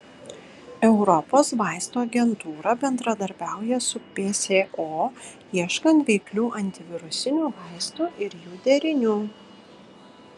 europos vaistų agentūra bendradarbiauja su pso ieškant veiklių antivirusinių vaistų ir jų derinių